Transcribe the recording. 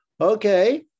Okay